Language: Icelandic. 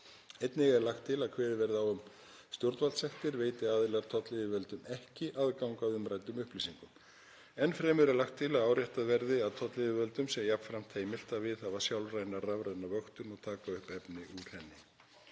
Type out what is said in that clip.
Einnig er lagt til að kveðið verði á um stjórnvaldssektir veiti aðilar tollyfirvöldum ekki aðgang að umræddum upplýsingum. Enn fremur er lagt til að áréttað verði að tollyfirvöldum sé jafnframt heimilt að viðhafa sjálf rafræna vöktun og taka upp efni úr henni